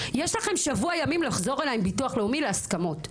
יש לכם שבוע ימים לחזור אליי עם ביטוח לאומי עם הסכמות.